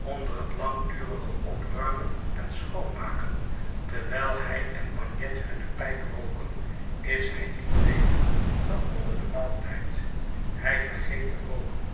onder het langdurige opruimen en schoonmaken terwijl hij en bagnet hunne pijp rooken is hij niet beter dan onder den maaltijd hij vergeet te rooken